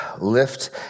lift